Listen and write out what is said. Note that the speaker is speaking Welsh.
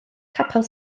capel